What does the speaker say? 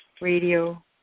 Radio